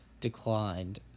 declined